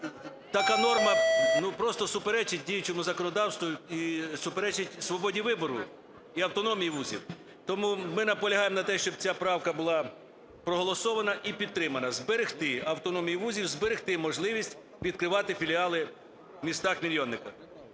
така норма, ну, просто суперечить діючому законодавству і суперечить свободі вибору, і автономії вузів. Тому ми наполягаємо на те, щоб ця правка була проголосована і підтримана – зберегти автономію вузів, зберегти можливість відкривати філіали в містах мільйонниках.